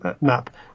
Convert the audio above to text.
map